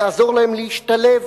נעזור להם להשתלב,